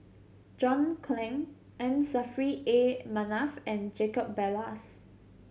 John Clang M Saffri A Manaf and Jacob Ballas